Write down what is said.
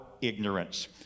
ignorance